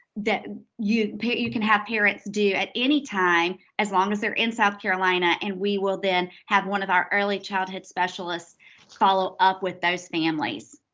you you can have parents do at any time, as long as they're in south carolina. and we will then have one of our early childhood specialists follow up with those families.